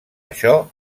això